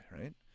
right